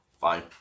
Fine